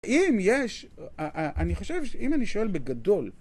אם יש, אני חושב שאם אני שואל בגדול